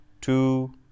two